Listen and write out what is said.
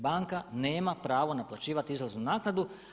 Banka nema pravo naplaćivati izlaznu naknadu.